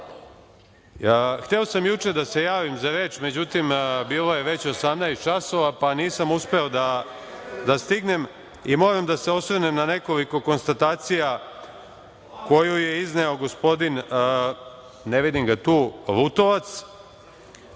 sam juče da se javim za reč, međutim bilo je već 18 časova, pa nisam uspeo da stignem i moram da se osvrnem na nekoliko konstatacija koje je izneo gospodin, ne vidim ga tu, Lutovac. Pričao